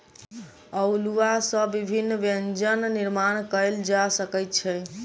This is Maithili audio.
अउलुआ सॅ विभिन्न व्यंजन निर्माण कयल जा सकै छै